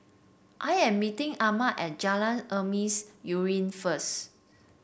I am meeting Ahmed at Jalan Emas Urai first